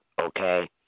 okay